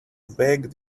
vague